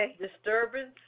disturbance